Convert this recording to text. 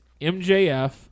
MJF